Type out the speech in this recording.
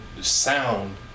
sound